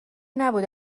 نبود